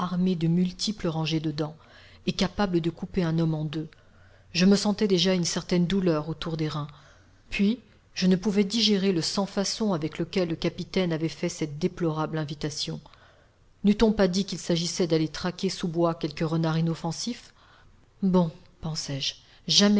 de multiples rangées de dents et capables de couper un homme en deux je me sentais déjà une certaine douleur autour des reins puis je ne pouvais digérer le sans-façon avec lequel le capitaine avait fait cette déplorable invitation n'eût-on pas dit qu'il s'agissait d'aller traquer sous bois quelque renard inoffensif bon